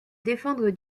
défendre